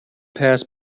pass